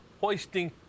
hoisting